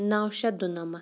نَو شیٚتھ دُنَمَتھ